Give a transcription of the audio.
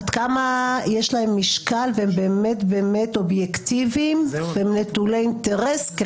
ועד כמה הם באמת אובייקטיביים ונטולי אינטרס?